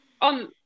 on